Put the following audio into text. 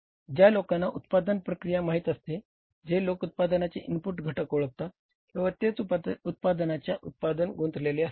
ज्या लोकांना उत्पादन प्रक्रिया माहित असते जे लोक उत्पादनाचे इनपुट घटक ओळखतात केवळ तेच उत्पादनाच्या उत्पादनात गुंतलेले असतात